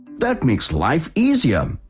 that makes life easier.